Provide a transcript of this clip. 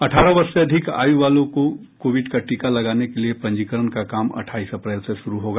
अठारह वर्ष से अधिक आयु वालों को कोविड का टीका लगाने के लिए पंजीकरण का काम अठाईस अप्रैल से शुरू होगा